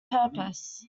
purpose